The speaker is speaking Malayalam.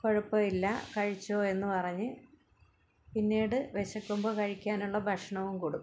കുഴപ്പം ഇല്ല കഴിച്ചോ എന്നു പറഞ്ഞ് പിന്നീട് വിശക്കുമ്പോൾ കഴിക്കാനുള്ള ഭക്ഷണവും കൊടുക്കും